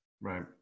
Right